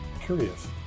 curious